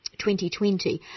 2020